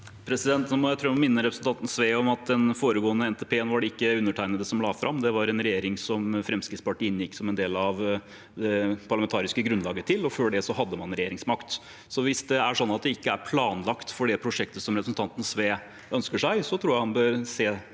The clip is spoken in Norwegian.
Jeg tror jeg må minne representanten Sve om at den foregående NTPen var det ikke undertegnede som la fram. Det var en regjering som Fremskrittspartiet inngikk som en del av det parlamentariske grunnlaget til, og før det hadde man regjeringsmakt. Hvis det er slik at det ikke er planlagt for det prosjektet som representanten Sve ønsker seg, så tror jeg han bør se